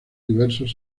diversos